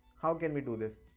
how can we do this?